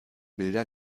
bilder